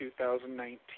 2019